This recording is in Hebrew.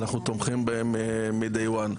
ואנחנו תומכים בזה מ- day one.